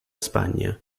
spagna